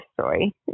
story